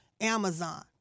Amazon